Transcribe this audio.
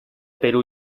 perú